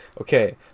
okay